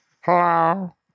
hello